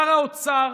שר האוצר,